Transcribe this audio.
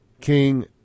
King